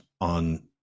on